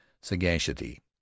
sagacity